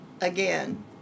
again